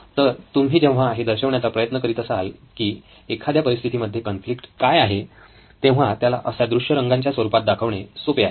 तर तुम्ही जेव्हा हे दर्शवण्याचा प्रयत्न करीत असाल की एखाद्या परिस्थितीमध्ये कॉन्फ्लिक्ट काय आहे तेव्हा त्याला अशा दृश्य रंगांच्या स्वरूपात दाखवणे सोपे आहे